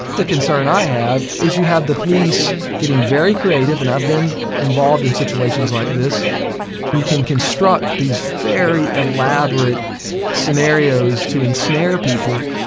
the concern i have is you have the police getting very creative. and i've been involved in situations like this. and you can construct these very elaborate scenarios to ensnare people.